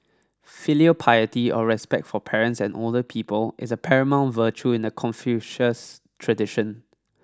filial piety or respect for parents and older people is a paramount virtue in the confucius tradition